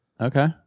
Okay